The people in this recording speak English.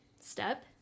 step